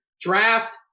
draft